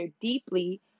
deeply